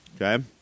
Okay